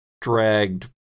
dragged